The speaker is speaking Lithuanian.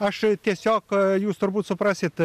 aš tiesiog jūs turbūt suprasit